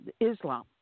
Islam